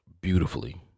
beautifully